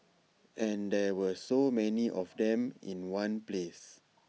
and there were so many of them in one place